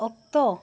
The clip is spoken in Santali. ᱚᱠᱛᱚ